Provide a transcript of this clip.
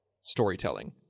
storytelling